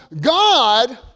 God